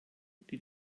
die